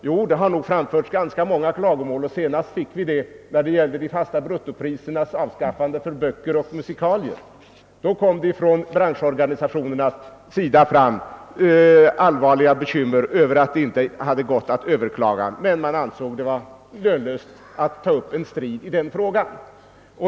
Jo, det har framförts ganska många klagomål, senast när det gällde avskaffandet av bruttopriser på böcker och musikalier. Då var branschorganisationerna allvarligt bekymrade över att det inte var möjligt att överklaga beslutet, men ansåg det meningslöst att ta upp en strid i denna fråga.